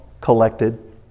collected